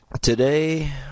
Today